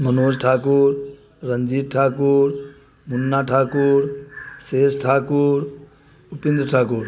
Manoj Thakur Ranjit Thakur Munna Thakur Suresh Thakur Upendra Thakur